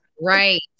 right